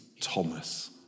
Thomas